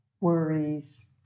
worries